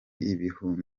ibihuha